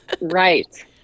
Right